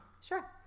Sure